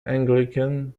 anglican